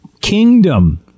Kingdom